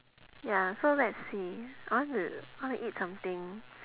ya so let's see I want to I want to eat something